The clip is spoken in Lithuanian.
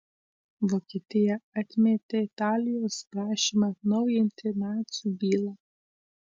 vokietija atmetė italijos prašymą atnaujinti nacių bylą